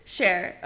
Share